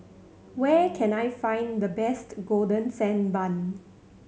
where can I find the best Golden Sand Bun